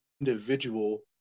individual